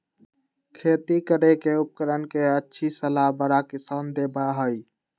खेती करे के उपकरण के अच्छी सलाह बड़ा किसान देबा हई